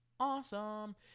awesome